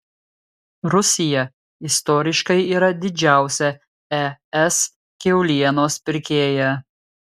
rusija istoriškai yra didžiausia es kiaulienos pirkėja